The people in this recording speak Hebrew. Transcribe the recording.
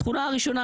התכונה הראשונה,